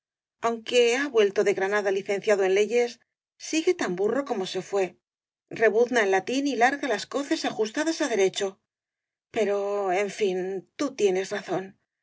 aunque ha vuelto de granada licenciado en leyes sigue tan burro como se fué salvo que rebuzna en latín y larga las coces ajustadas á dere cho pero en fin tú tienes razón